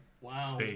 wow